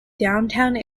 downtown